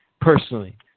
personally